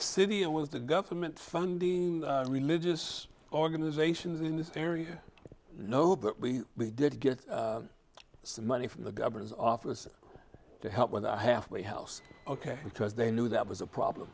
city it was the government funding religious organizations in this area no but we did get some money from the governor's office to help with i halfway house ok because they knew that was a problem